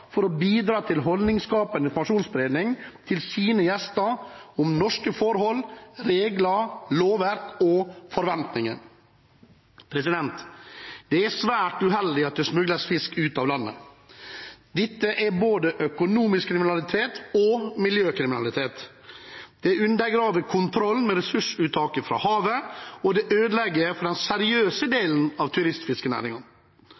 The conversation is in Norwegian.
for å bidra til holdningsskapende informasjonsspredning til sine gjester om norske forhold, regler, lover og forventninger. Det er svært uheldig at det smugles fisk ut av landet. Dette er både økonomisk kriminalitet og miljøkriminalitet. Det undergraver kontrollen med ressursuttaket fra havet, og det ødelegger for den seriøse